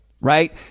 right